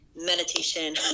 meditation